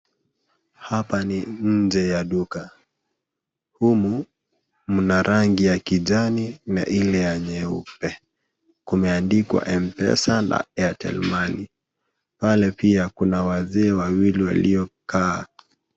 Hapa ni nje ya duka. Humu mna rangi ya kijani na ile ya nyeupe. Kumeandikwa Mpesa na Airtel (cs)Money(cs), pale pia kuna wazee wawili waliokaa.